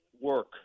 work